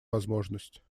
возможность